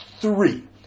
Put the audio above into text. three